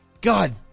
God